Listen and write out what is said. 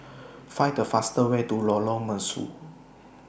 Find The fastest Way to Lorong Mesu